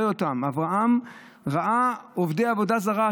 אברהם ראה עובדי עבודה זרה,